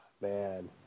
man